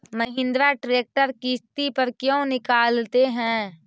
Mahindra tractor किसति पर क्यों निकालते हैं?